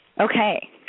Okay